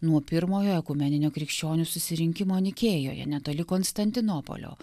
nuo pirmojo ekumeninio krikščionių susirinkimo enikėjoje netoli konstantinopolio